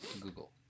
Google